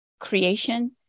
Creation